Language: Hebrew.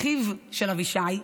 אחיו של אבישי,